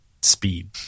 speed